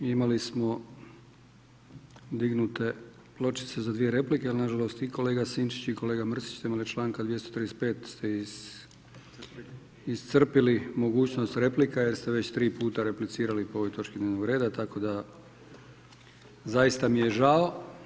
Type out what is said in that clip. Imali smo dignute pločice za dvije replike, ali nažalost i kolega Sinčić i kolega Mrsić na temelju članka 235. ste iscrpili mogućnost replika jer ste već 3 puta replicira po ovoj točki dnevnog reda tako da zaista mi je žao.